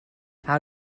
how